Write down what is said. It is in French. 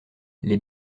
les